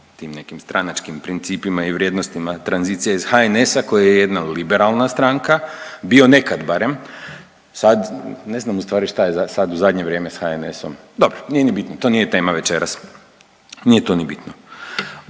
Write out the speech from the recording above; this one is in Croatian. tim nekim stranačkim principima i vrijednostima tranzicije iz HNS-a koja je jedna liberalna stranka. Bio nekad barem, sad ne znam u stvari šta je sad u zadnje vrijeme sa HNS-om. Dobro, nije ni bitno. To nije tema večeras, nije to ni bitno.